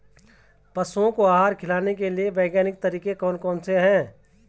पशुओं को आहार खिलाने के लिए वैज्ञानिक तरीके कौन कौन से हैं?